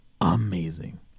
amazing